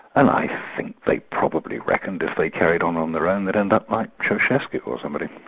and i think they probably reckoned if they carried on on their own, they'd end up like ceausescu or somebody.